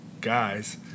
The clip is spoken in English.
guys